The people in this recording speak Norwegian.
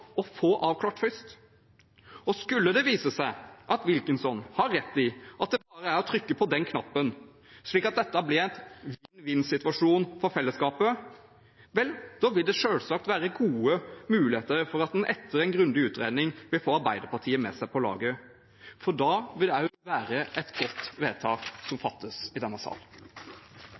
og få avklart først. Skulle det vise seg at Wilkinson har rett i at det bare er å trykke på den knappen, slik at dette blir en vinn-vinn-situasjon for fellesskapet, da vil det selvsagt være gode muligheter for, etter en grundig utredning, å få Arbeiderpartiet med seg på laget. For det ville være et godt vedtak som fattes i denne sal.